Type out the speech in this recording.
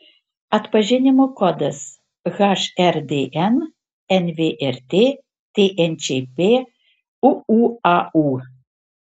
atpažinimo kodas hrdn nvrt tnčp uūaū